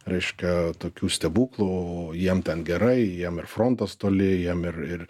reiškia tokių stebuklų o jiem ten gerai jiem ir frontas toli jiem ir ir